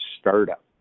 startup